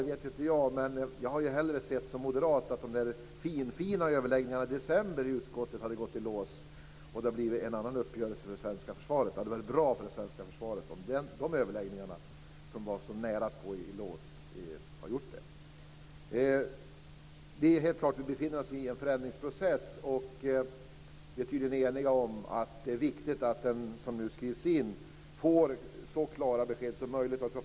Men som moderat hade jag hellre sett att de finfina överläggningarna i utskottet i december hade gått i lås, så att det hade blivit en annan uppgörelse för det svenska försvaret. Det hade varit bra för det svenska försvaret om de överläggningarna hade gått i lås, vilket var mycket nära. Det är klart att vi befinner oss i en förändringsprocess. Vi är tydligen eniga om att de som nu skrivs in får så klara besked som möjligt.